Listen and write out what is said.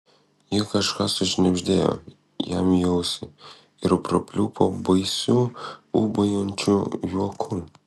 ji kažką sušnibždėjo jam į ausį ir prapliupo baisiu ūbaujančiu juoku